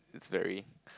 it's very